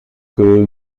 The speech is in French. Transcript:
que